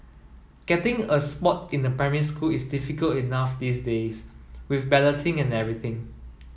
getting a spot in a primary school is difficult enough these days with balloting and everything